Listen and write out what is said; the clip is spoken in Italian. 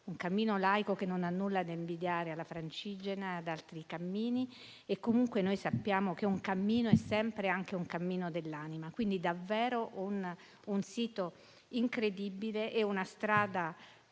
un cammino laico, che non ha nulla da invidiare alla via Francigena o ad altri cammini, e comunque sappiamo che un cammino è sempre anche un cammino dell'anima. È davvero un sito incredibile e una strada